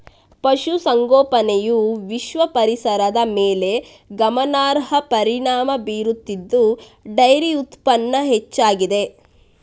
ಪಶು ಸಂಗೋಪನೆಯು ವಿಶ್ವ ಪರಿಸರದ ಮೇಲೆ ಗಮನಾರ್ಹ ಪರಿಣಾಮ ಬೀರುತ್ತಿದ್ದು ಡೈರಿ ಉತ್ಪನ್ನ ಹೆಚ್ಚಾಗಿದೆ